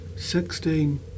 Sixteen